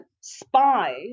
spies